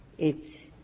it's